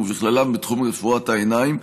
ובכללם בתחום רפואת העיניים,